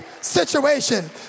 situation